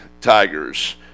Tigers